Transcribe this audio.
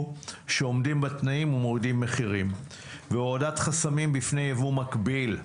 שעומדים בתנאים ומורידים מחירים; והורדת חסמים בפני יבוא מקביל.